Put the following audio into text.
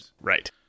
Right